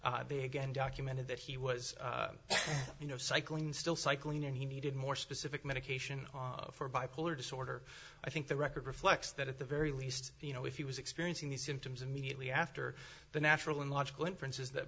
they again documented that he was you know cycling still cycling and he needed more specific medication for bipolar disorder i think the record reflects that at the very least you know if he was experiencing these symptoms immediately after the natural and logical inference is that